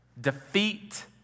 Defeat